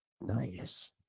nice